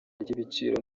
ry’ibiciro